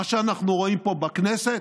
מה שאנחנו רואים פה בכנסת